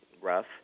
rough